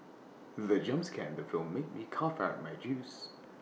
the jump scare in the film made me cough out my juice